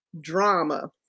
drama